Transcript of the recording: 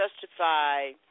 justify